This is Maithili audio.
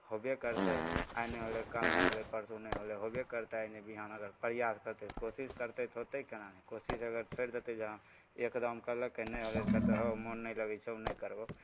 होबे करतै आइ नहि होलै कल नहि होलै परसू नहि होलै होबे करतै आइ नहि विहान अगर प्रयास करतै कोशिश करतै तऽ होतै केना नहि कोशिश अगर छोड़ि देतै जे हँ एक दान करलकै नहि होलै कहतै हौ मोन नहि लगै छौ हम नहि करबहु